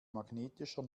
magnetischer